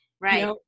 Right